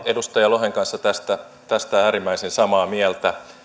edustaja lohen kanssa tästä tästä äärimmäisen samaa mieltä